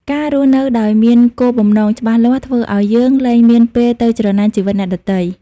ការរស់នៅដោយមាន "គោលបំណង" ច្បាស់លាស់ ធ្វើឱ្យយើងលែងមានពេលទៅច្រណែនជីវិតអ្នកដទៃ។